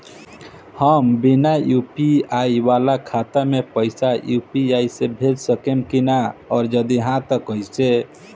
हम बिना यू.पी.आई वाला खाता मे पैसा यू.पी.आई से भेज सकेम की ना और जदि हाँ त कईसे?